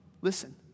Listen